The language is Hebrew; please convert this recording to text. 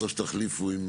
אז תחליפו.